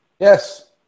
Yes